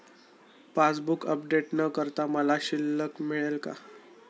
Passbook update न करता मला शिल्लक कळेल का?